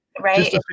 Right